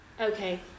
Okay